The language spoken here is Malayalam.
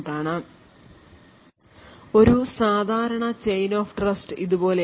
Refer Slide Time 2424 ഒരു സാധാരണ chain of trust ഇതുപോലെയാണ്